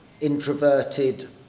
introverted